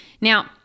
Now